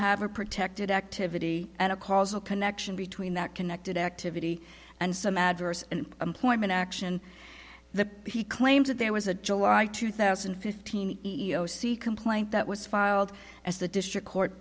have a protected activity and a causal connection between that connected activity and some adverse employment action the he claims that there was a july two thousand and fifteen complaint that was filed as the district court